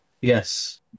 Yes